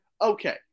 okay